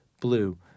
blue